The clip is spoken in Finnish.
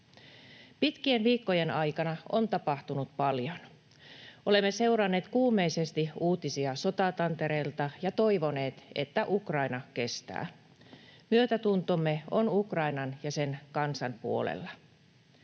Pitkien viikkojen aikana on tapahtunut paljon. Olemme seuranneet kuumeisesti uutisia sotatantereelta ja toivoneet, että Ukraina kestää. Myötätuntomme on Ukrainan ja sen kansan puolella.